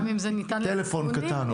טלפון קטן,